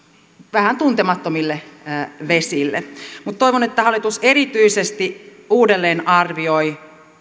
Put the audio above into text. vähän tuntemattomille vesille mutta toivon että hallitus erityisesti uudelleenarvioi